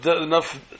enough